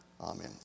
Amen